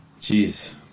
Jeez